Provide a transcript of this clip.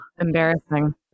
embarrassing